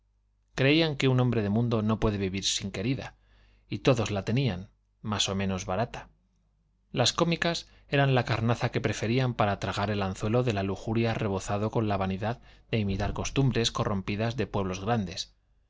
creían que un hombre de mundo no puede vivir sin querida y todos la tenían más o menos barata las cómicas eran la carnaza que preferían para tragar el anzuelo de la lujuria rebozado con la vanidad de imitar costumbres corrompidas de pueblos grandes